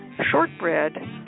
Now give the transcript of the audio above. shortbread